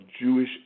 Jewish